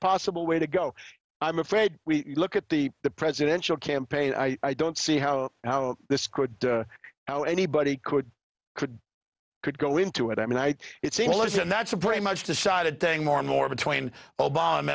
possible way to go i'm afraid we look at the the presidential campaign i don't see how how this could how anybody could could could go into it i mean i it seems listen that's a pretty much decided thing more and more between o